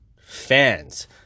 fans